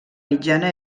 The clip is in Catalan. mitjana